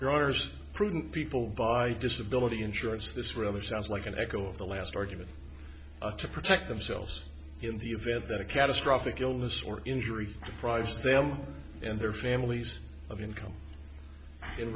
growers prudent people by disability insurance this rather sounds like an echo of the last argument to protect themselves in the event that a catastrophic illness or injury prized them and their families of income in